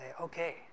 okay